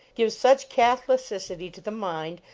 gives such catholicity to the mind,